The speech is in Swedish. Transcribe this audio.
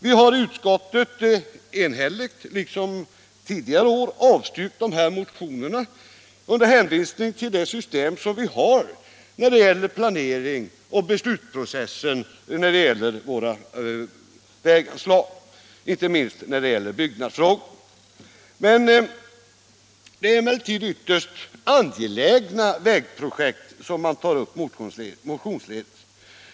Vi har i utskottet enhälligt, liksom tidigare år, avstyrkt dessa motioner under hänvisning till det system vi har för pla nerings och beslutsprocessen när det gäller våra väganslag, inte minst i byggnadsfrågor. Det är emellertid ytterst angelägna vägprojekt som man tar upp motionsledes.